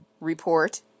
report